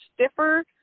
stiffer